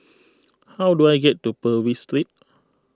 how do I get to Purvis Street